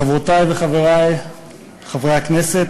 חברותי וחברי חברי הכנסת,